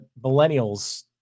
millennials